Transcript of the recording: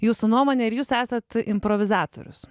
jūsų nuomonę ir jūs esat improvizatorius